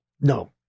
No